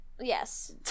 Yes